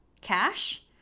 cash